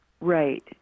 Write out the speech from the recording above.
Right